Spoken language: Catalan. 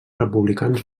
republicans